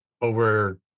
over